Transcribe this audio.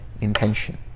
intention